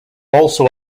also